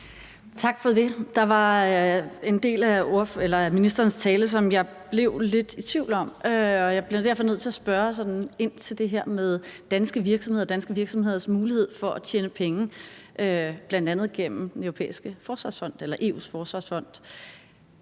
Tak for det. Der var en del af ministerens tale, som jeg blev lidt i tvivl om, og jeg bliver derfor nødt til at spørge sådan ind til det med danske virksomheder og danske virksomheders mulighed for at tjene penge bl.a. gennem EU's Forsvarsfond.